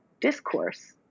discourse